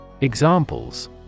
Examples